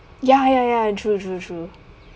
ya ya ya true true true